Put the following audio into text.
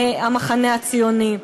המחנה הציוני.